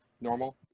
normal